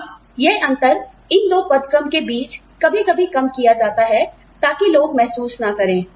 अब यह अंतर इन दो पद क्रम के बीच कभी कभी कम किया जाता है ताकि लोग महसूस ना करें